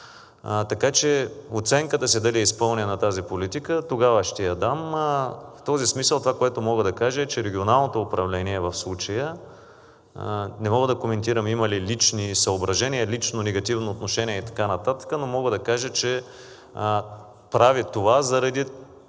Така че оценката си дали е изпълнена тази политика, тогава ще я дам. В този смисъл това, което мога да кажа, е, че в случая не мога да коментирам Регионалното управление има ли лични съображения, лично негативно отношение и така нататък, но мога да кажа, че прави това, защото